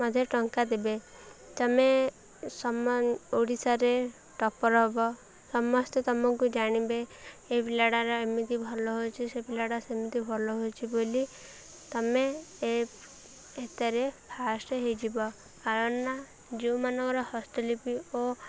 ମଧ୍ୟ ଟଙ୍କା ଦେବେ ତୁମେ ସମ ଓଡ଼ିଶାରେ ଟପର ହବ ସମସ୍ତେ ତୁମକୁ ଜାଣିବେ ଏ ପିଲାଟାର ଏମିତି ଭଲ ହେଉଛି ସେ ପିଲାଟା ସେମିତି ଭଲ ହେଉଛିି ବୋଲି ତୁମେ ଏ ହେତରେ ଫାଷ୍ଟ ହେଇଯିବ କାରଣ ଯେଉଁମାନଙ୍କର ହସ୍ତଲିିପି ଓ